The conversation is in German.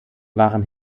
waren